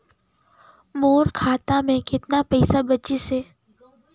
मोर खाता मे कतना पइसा बाचिस हे?